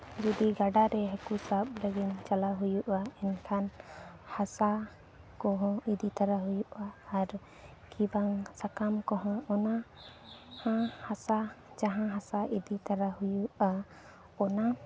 ᱡᱩᱫᱤ ᱜᱟᱰᱟᱨᱮ ᱦᱟᱠᱩ ᱥᱟᱵ ᱞᱟᱹᱜᱤᱫ ᱪᱟᱞᱟᱣ ᱦᱩᱭᱩᱜᱼᱟ ᱮᱱᱠᱷᱟᱱ ᱦᱟᱥᱟ ᱠᱚᱦᱚᱸ ᱤᱫᱤᱛᱚᱨᱟ ᱦᱩᱭᱩᱜᱼᱟ ᱟᱨ ᱠᱤᱵᱟᱝ ᱥᱟᱠᱟᱢ ᱠᱚᱦᱚᱸ ᱚᱱᱟ ᱦᱟᱥᱟ ᱡᱟᱦᱟᱸ ᱦᱟᱥᱟ ᱤᱫᱤ ᱛᱚᱨᱟ ᱦᱩᱭᱩᱜᱼᱟ ᱚᱱᱟ